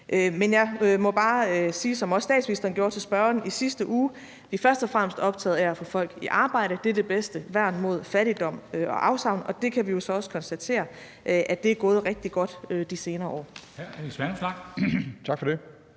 Men jeg må bare sige, som også statsministeren gjorde til spørgeren i sidste uge, at vi først og fremmest er optaget af at få folk i arbejde. Det er det bedste værn mod fattigdom og afsavn. Vi kan så også konstatere, at det er gået rigtig godt de senere år.